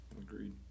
Agreed